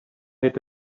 had